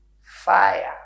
fire